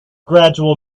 gradual